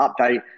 update